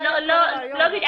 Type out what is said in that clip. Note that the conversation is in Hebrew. לא בדיוק.